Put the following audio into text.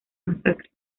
masacre